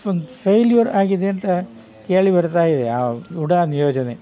ಒಂದು ಫೈಲ್ಯೂರ್ ಆಗಿದೆ ಅಂತ ಕೇಳಿ ಬರ್ತಾಯಿದೆ ಆ ಉಡಾನ್ ಯೋಜನೆ